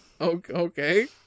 Okay